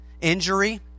Injury